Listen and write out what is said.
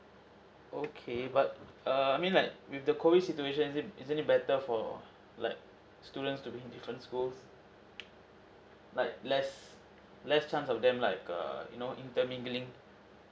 okay but err I mean like with the COVID situation isn't it isn't it better for like students to be in different schools like less less chance of them like err you know inter mingling